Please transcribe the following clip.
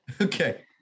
Okay